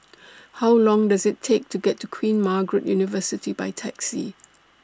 How Long Does IT Take to get to Queen Margaret University By Taxi